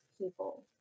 people